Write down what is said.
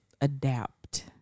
Adapt